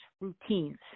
routines